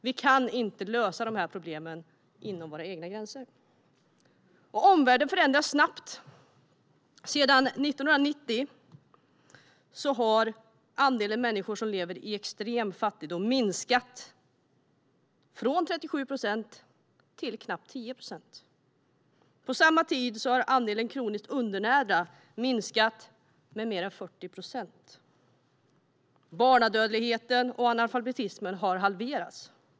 Vi kan inte lösa dessa problem inom våra egna gränser. Omvärlden förändras snabbt. Sedan 1990 har andelen människor som lever i extrem fattigdom minskat från 37 procent till knappt 10 procent. Under samma tid har andelen kroniskt undernärda minskat med mer än 40 procent. Barnadödligheten och analfabetismen har halverats.